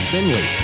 Finley